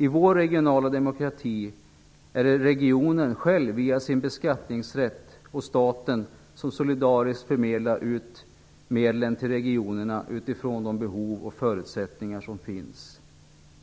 I vår regionala demokrati är det regionen själv, via sin beskattningsrätt, och staten som solidariskt förmedlar medlen till regionerna utifrån de behov och förutsättningar som finns.